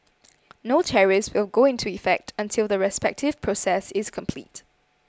no tariffs will go into effect until the respective process is complete